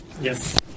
Yes